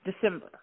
December